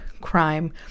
crime